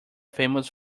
famous